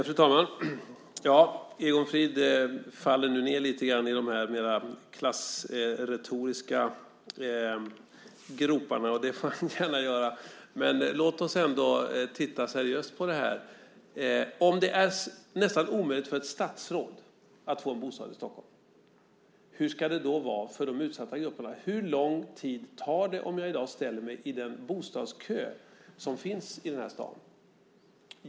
Fru talman! Egon Frid faller nu ned i de retoriska groparna. Det får han gärna göra. Men låt oss ändå titta seriöst på detta. Om det är nästan omöjligt för ett statsråd att få en bostad i Stockholm, hur ska det då vara för de utsatta grupperna? Hur lång tid tar det om jag i dag ställer mig i den bostadskö som finns i staden?